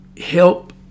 help